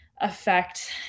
affect